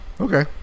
Okay